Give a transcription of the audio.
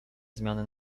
zmiany